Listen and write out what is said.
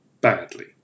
Badly